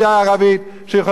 שיכולה להוכיח לכם,